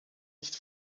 nicht